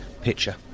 picture